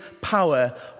power